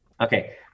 Okay